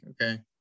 okay